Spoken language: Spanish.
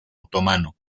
otomano